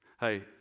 Hey